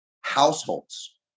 households